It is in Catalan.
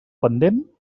pendent